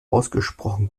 ausgesprochen